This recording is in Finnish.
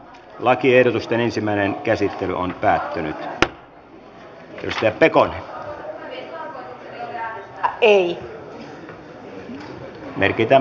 lakiehdotusten ensimmäinen käsittely päättyi